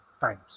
times